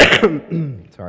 Sorry